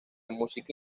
música